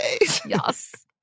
Yes